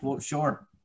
Sure